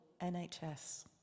NHS